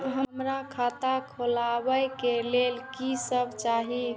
हमरा खाता खोलावे के लेल की सब चाही?